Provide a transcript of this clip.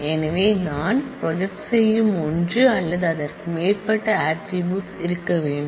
எனவே நான் ப்ராஜெக்ட் செய்யும் ஒன்று அல்லது அதற்கு மேற்பட்ட ஆட்ரிபூட்ஸ் இருக்க வேண்டும்